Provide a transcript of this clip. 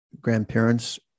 grandparents